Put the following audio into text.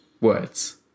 words